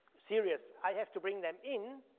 serious. i have to bring them in,